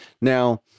now